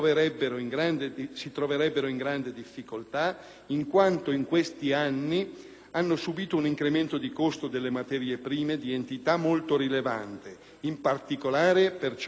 hanno subito un incremento di costi delle materie prime di entità molto rilevante, in particolare per ciò che attiene l'acciaio, il bitume e il cemento. Le audizioni hanno altresì evidenziato